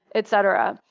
et cetera.